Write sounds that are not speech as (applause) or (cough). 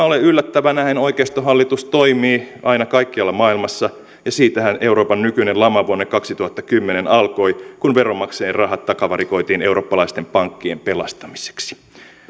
(unintelligible) ole yllättävää näinhän oikeistohallitus toimii aina kaikkialla maailmassa ja siitähän euroopan nykyinen lama vuonna kaksituhattakymmenen alkoi kun veronmaksajien rahat takavarikoitiin eurooppalaisten pankkien pelastamiseksi